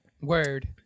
word